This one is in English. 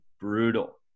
brutal